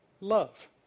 Love